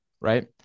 right